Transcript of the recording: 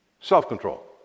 self-control